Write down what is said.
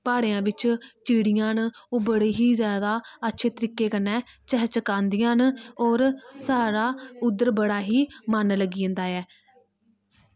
प्हाड़े आं बिच्च चिड़ियां न ओह् बड़े ही जैदा अच्छे तरीके कन्नै चैह् चकांदियां न होर साढ़ा उद्धर बड़ा ही मन लग्गी जंदा ऐ